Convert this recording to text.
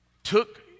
took